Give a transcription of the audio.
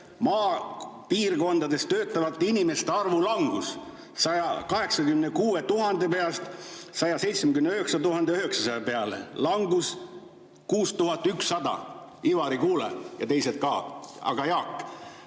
maapiirkondades töötavate inimeste arvu langus 186 000 pealt 179 900 peale. Langus 6100. Ivari, kuula, ja teised ka! Aga, Jaak,